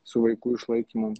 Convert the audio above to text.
su vaikų išlaikymo